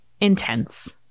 intense